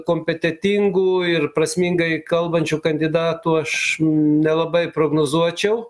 kompetentingų ir prasmingai kalbančių kandidatų aš nelabai prognozuočiau